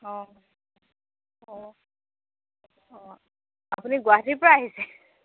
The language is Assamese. অঁ অঁ অঁ আপুনি গুৱাহাটীৰপৰা আহিছে